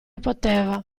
poteva